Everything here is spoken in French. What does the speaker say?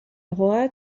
roi